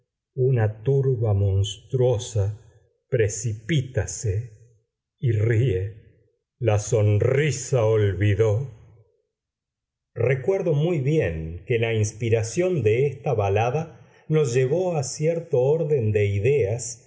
una turba monstruosa precipítase y ríe la sonrisa olvidó recuerdo muy bien que la inspiración de esta balada nos llevó a cierto orden de ideas